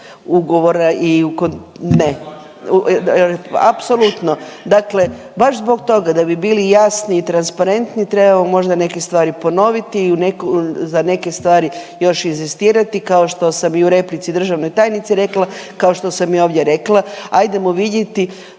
ne razumije./… Apsolutno, dakle baš zbog toga da bi bili jasni i transparentni trebamo možda neke stvari ponoviti i za neke stvari još inzistirati, kao što sam i u replici državnoj tajnici rekla, kao što sam i ovdje rekla, ajdemo vidjeti,